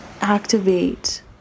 activate